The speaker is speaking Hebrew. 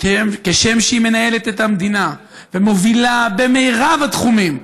כשם שהיא מנהלת את המדינה ומובילה ברוב התחומים,